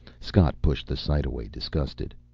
scott pushed the sight away, disgusted.